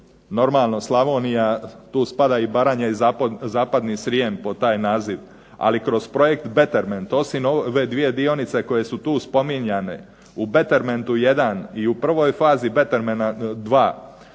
normalno Slavonija, tu spada i Baranja i zapadni Srijem pod taj naziv, ali kroz projekt betterment osim ove dvije dionice koje su tu spominjane, u bettermentu jedan i u prvoj fazi bettermenta